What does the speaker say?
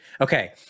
Okay